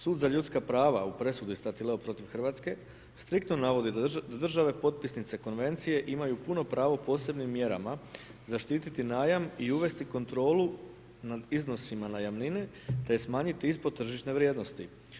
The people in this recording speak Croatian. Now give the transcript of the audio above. Sud za ljudska prava u presudi Statileo protiv Hrvatske, strikino navodi da države potpisnice konvencije imaju puno pravo posebnim mjerama zaštiti najam i uvesti kontrolu nad iznosima najamnine, te je smanjiti ispod tržišne vrijednosti.